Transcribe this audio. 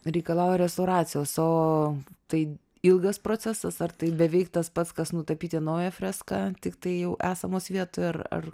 reikalauja restauracijos o tai ilgas procesas ar tai beveik tas pats kas nutapyti naują freską tiktai jau esamos vietoj ar ar